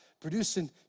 producing